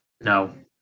No